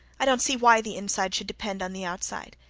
i don't see why the inside should depend on the outside.